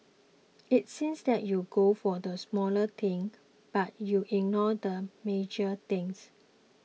it seems that you go for the smaller thing but you ignore the major things